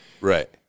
Right